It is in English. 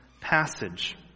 passage